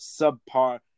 subpar